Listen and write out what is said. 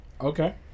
Okay